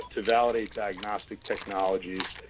but to validate diagnostic technologies.